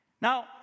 Now